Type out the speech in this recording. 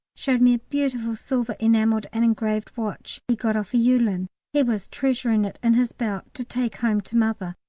showed me a beautiful silver, enamelled and engraved watch he got off a yewlan he was treasuring it in his belt to take home to mother.